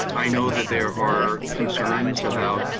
i know that there are concerns about